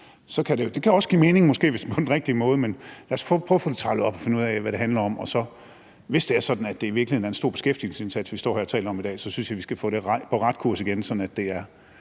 måske også give mening, hvis det er på den rigtige måde. Men lad os prøve at få det trævlet op og finde ud af, hvad det handler om, og hvis det er sådan, at det i virkeligheden er en stor beskæftigelsesindsats, vi står her og taler om i dag, så synes jeg, vi skal få det på ret kurs igen, sådan at